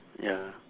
ya